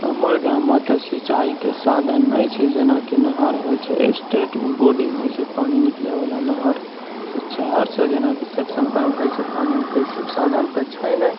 हमर गाममे तऽ सिंचाईके साधन नहि छै जेनाकि नहर होइ छै स्टेट बोरिङ्ग होइ छै पानि निकलैवला नहर छहरसँ जेना सेक्शन पाइप दै छै पानि निकलै छै साधन तऽ छै नहि